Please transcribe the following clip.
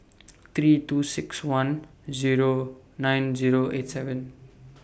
three two six one Zero nine Zero eight seven